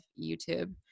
YouTube